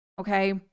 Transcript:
okay